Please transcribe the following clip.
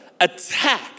attack